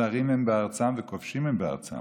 זרים הם בארצם וכובשים הם בארצם